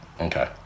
Okay